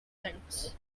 things